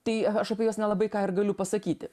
tai aš apie juos nelabai ką ir galiu pasakyti